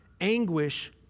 Anguish